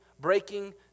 breaking